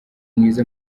mwiza